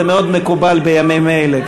זה מאוד מקובל בימים אלה,